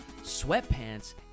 sweatpants